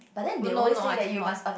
no no I cannot